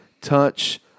Touch